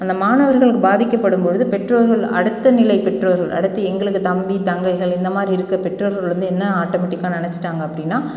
அந்த மாணவர்கள் பாதிக்கப்படும்பொழுது பெற்றோர்கள் அடுத்த நிலை பெற்றோர்கள் அடுத்து எங்களுக்கு தம்பி தங்கைகள் இந்த மாதிரி இருக்கற பெற்றோர்கள் வந்து என்ன ஆட்டோமேட்டிக்காக நினச்சிட்டாங்க அப்படின்னா